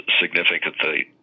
significantly